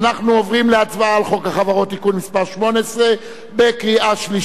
אנחנו עוברים להצבעה על חוק החברות (תיקון מס' 18) בקריאה שלישית.